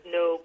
no